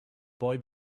boy